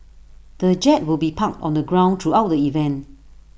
the jet will be parked on the ground throughout the event